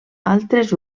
altres